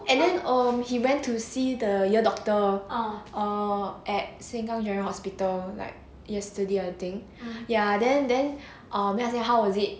and then um he went to see the ear doctor err at sengkang general hospital like yesterday I think ya then then uh then I say how was it